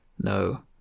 No